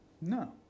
No